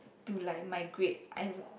to like migrate I would